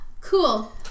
cool